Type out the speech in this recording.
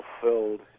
fulfilled